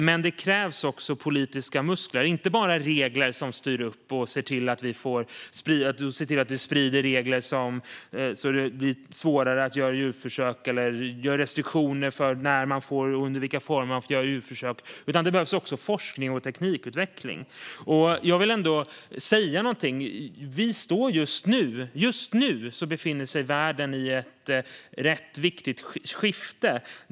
Men det krävs också politiska muskler, inte bara regler som styr upp och ser till att vi sprider regler som försvårar för djurförsök eller inför restriktioner om när och under vilka former man får göra djurförsök. Det behövs också forskning och teknikutveckling. Detta vill jag säga något om. Just nu befinner sig världen i ett viktigt skifte.